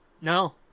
No